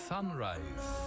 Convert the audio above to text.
Sunrise